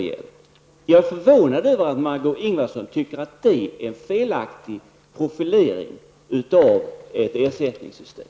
Jag är förvånad över att Margó Ingvardsson tycker att det är en felaktig profilering av ett ersättningssystem.